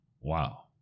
Wow